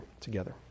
together